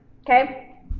Okay